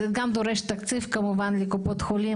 זה גם דורש תקציב כמובן לקופות חולים,